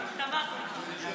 כשאתה לא מתחסן ואתה רוצה לקבל תו